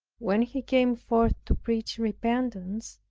when he came forth to preach repentance,